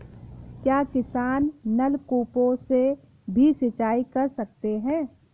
क्या किसान नल कूपों से भी सिंचाई कर सकते हैं?